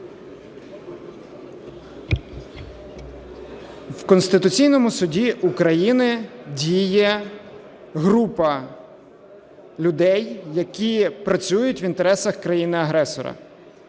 В Конституційному Суді України діє група людей, які працюють в інтересах країни-агресора.